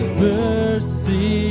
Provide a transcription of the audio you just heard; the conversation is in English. mercy